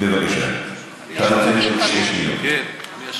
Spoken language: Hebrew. בבקשה, מאיר, מאיר, תקשיב.